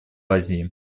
азии